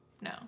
No